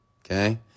Okay